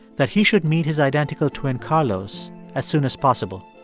that he should meet his identical twin carlos as soon as possible.